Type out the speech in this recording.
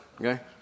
okay